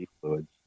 fluids